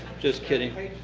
just kidding.